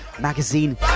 magazine